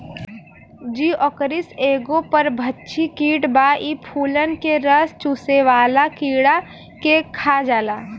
Geocoris एगो परभक्षी कीट बा इ फूलन के रस चुसेवाला कीड़ा के खा जाला